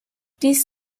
dies